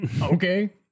Okay